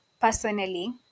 personally